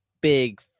big